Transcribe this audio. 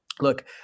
Look